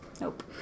Nope